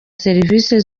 serivisi